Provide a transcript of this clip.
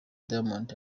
diamond